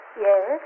Yes